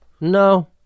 no